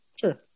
Sure